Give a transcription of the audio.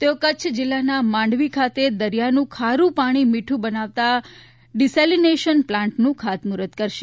તેઓ કચ્છ જિલ્લાના માંડવી ખાતે દરિયાનું ખારુ પાણી મીઠુ બનાવતા ડિસેલીનેશન પ્લાન્ટનું ખાતમુહૂર્ત કરશે